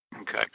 Okay